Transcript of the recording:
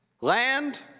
land